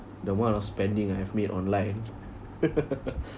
the amount of spending I have made online